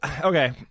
okay